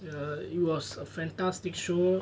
ya it was a fantastic show